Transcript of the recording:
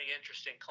interesting